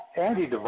Andy